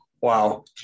Wow